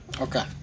Okay